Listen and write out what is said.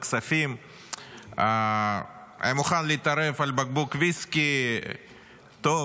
הכספים היה מוכן להתערב על בקבוק ויסקי טוב,